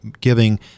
giving